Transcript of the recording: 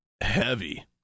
heavy